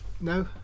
No